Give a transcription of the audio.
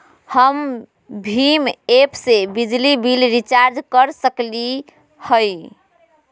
हम भीम ऐप से बिजली बिल रिचार्ज कर सकली हई?